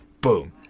Boom